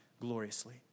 gloriously